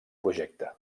projecte